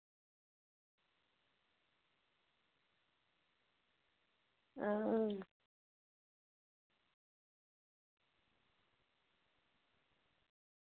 आहो